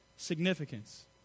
significance